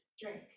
drink